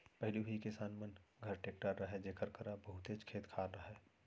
पहिली उही किसान मन घर टेक्टर रहय जेकर करा बहुतेच खेत खार रहय